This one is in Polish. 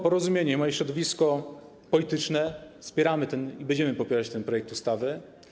Porozumienie, moje środowisko polityczne wspiera i będzie popierać ten projekt ustawy.